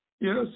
Yes